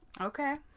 Okay